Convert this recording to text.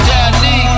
Daddy